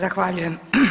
Zahvaljujem.